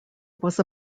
was